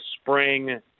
spring